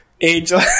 Angel